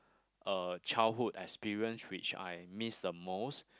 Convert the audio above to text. uh childhood experience which I miss the most